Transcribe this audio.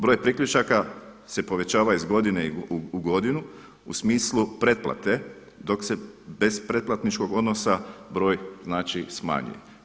Broj priključaka se povećava iz godine u godinu u smislu pretplate dok se bez pretplatničkog odnosa broj, znači smanjuje.